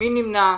מי נמנע?